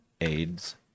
Aids